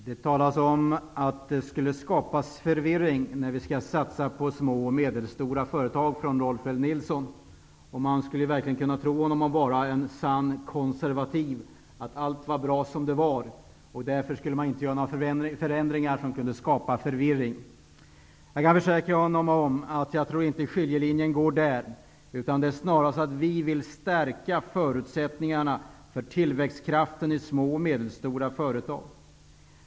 Herr talman! Rolf L Nilson sade att det skulle skapas förvirring när man satsar på små och medelstora företag. Man skulle kunna tro honom om att vara en sann konservativ. Allt var bra som det är, och därför skall man inte göra några förändringar som kunde skapa förvirring. Jag kan försäkra Rolf L Nilson om att det inte är där som skiljelinjen går. Vi vill snarast stärka förutsättningarna för tillväxtkraften i små och medelstora företag.